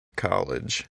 college